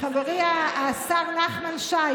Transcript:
חברי השר נחמן שי,